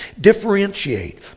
differentiate